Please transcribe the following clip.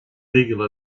legal